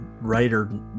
writer